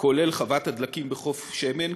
כולל חוות הדלקים בחוף שמן,